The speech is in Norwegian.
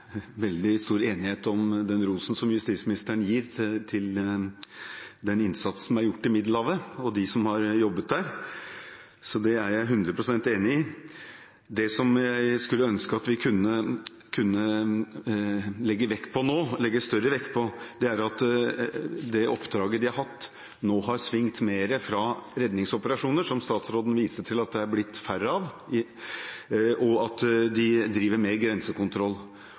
gjort i Middelhavet, og dem som har jobbet der. Så det er jeg 100 pst. enig i. Det jeg skulle ønske at vi kunne legge større vekt på, er at det oppdraget de har hatt, nå har svingt fra redningsoperasjoner – som statsråden viste til at det har blitt færre av – til at de driver mer grensekontroll.